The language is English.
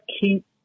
keep